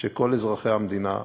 שכל אזרחי המדינה שווים.